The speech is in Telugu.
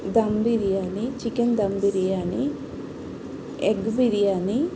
dum biryani chicken dum biryani egg biryani